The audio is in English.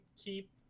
keep